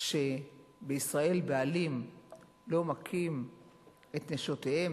שבישראל בעלים לא מכים את נשותיהם,